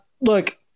look